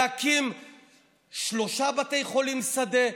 להקים שלושה בתי חולים שדה,